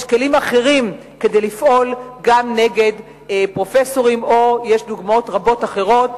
יש כלים אחרים כדי לפעול גם נגד פרופסורים ויש דוגמאות רבות אחרות.